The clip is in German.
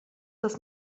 dass